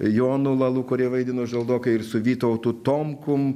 jonu lalu kurie vaidino žaldoką ir su vytautu tomkum